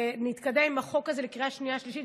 נתקדם עם החוק הזה לקריאה שנייה ושלישית